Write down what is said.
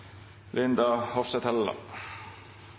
kulturminister Hofstad Helleland